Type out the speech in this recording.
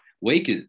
Wake